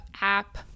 app